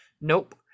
nope